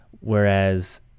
Whereas